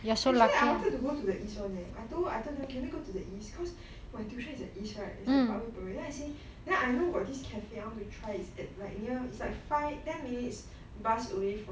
actually I wanted to go to the east one leh I told I told them can we go to the east because my tuition is an east right is at parkway parade I say then I know got this cafe I want to try is at like near it's like five ten minutes bus away from